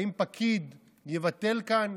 האם פקיד יבטל כאן?